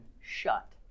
shut